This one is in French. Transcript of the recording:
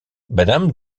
madame